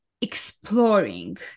exploring